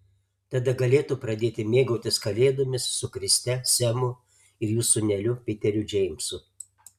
tada galėtų pradėti mėgautis kalėdomis su kriste semu ir jų sūneliu piteriu džeimsu